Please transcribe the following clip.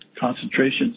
concentrations